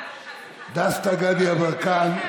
דסטה גדי יברקן,